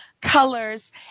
colors